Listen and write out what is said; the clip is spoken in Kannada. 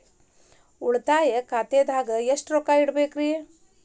ಉಳಿತಾಯ ಖಾತೆದಾಗ ಎಷ್ಟ ರೊಕ್ಕ ಇಡಬೇಕ್ರಿ?